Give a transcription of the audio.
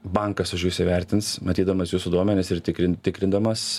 bankas už jus įvertins matydamas jūsų duomenis ir tikrin tikrindamas